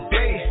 day